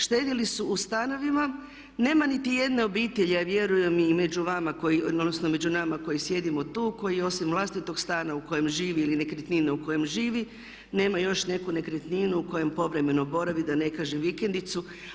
Štedili su u stanovima, nema niti jedne obitelji a vjerujem i među vama koji, odnosno među nama koji sjedimo tu koji osim vlastitog stana u kojem živi ili nekretnine u kojoj živi nema još neku nekretninu u kojoj povremeno boravi da ne kažem vikendicu.